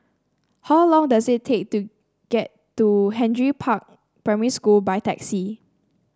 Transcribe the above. how long does it take to get to Henry Park Primary School by taxi